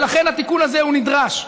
ולכן התיקון הזה הוא נדרש.